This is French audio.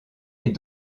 est